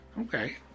Okay